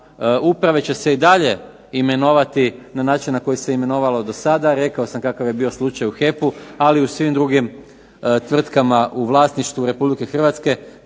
uprave će se i dalje imenovati na način na koji se imenovalo do sada. Rekao sam kakav je slučaj bio u HEP-u, ali i u svim drugim tvrtkama u vlasništvu Republike Hrvatske.